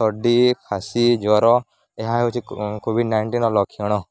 ସର୍ଦି ଖାସି ଜ୍ଵର ଏହା ହେଉଛି କୋଭିଡ଼୍ ନାଇଣ୍ଟିନ୍ର ଲକ୍ଷଣ